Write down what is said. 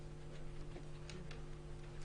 (היו"ר איתן גינזבורג,